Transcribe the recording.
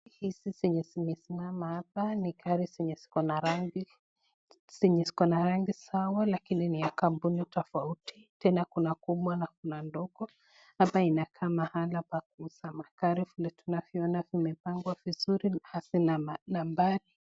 Hizi zenye zimesimama hapa ni gari zenye ziko na rangi sawa lakini ni ya kambuni tofauti na kuna kubwa na kuna ndogo. Hapa inakaa mahali pa kuuza magari vile tunavyoona vimepangwa vizuri hasa na nambari.